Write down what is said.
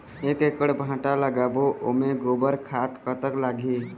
एक एकड़ भांटा लगाबो ओमे गोबर खाद कतक लगही?